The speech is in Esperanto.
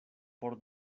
por